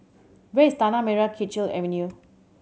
where is Tanah Merah Kechil Avenue